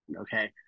okay